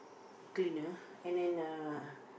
cleaner and then uh